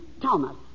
Thomas